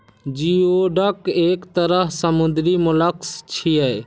geoduck एक तरह समुद्री मोलस्क छियै